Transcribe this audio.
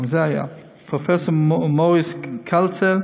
גם זה היה: פרופסור מוריס קלצל,